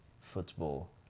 football